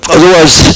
Otherwise